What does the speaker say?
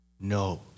No